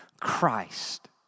Christ